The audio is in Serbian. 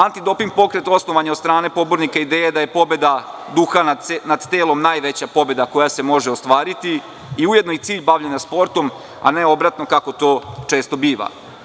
Antidoping pokret osnovan je od strane pobornika ideja da je pobeda duha nad telom najveća pobeda koja se može ostvariti i ujedno i cilj bavljenja sportom, a ne obratno kako to često biva.